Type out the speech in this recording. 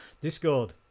discord